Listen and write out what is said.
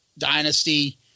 dynasty